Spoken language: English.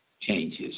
changes